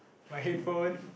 my headphone